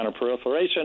counterproliferation